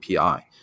API